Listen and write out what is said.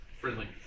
Friendly